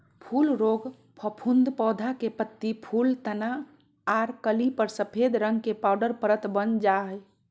फूल रोग फफूंद पौधा के पत्ती, फूल, तना आर कली पर सफेद रंग के पाउडर परत वन जा हई